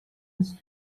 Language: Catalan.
els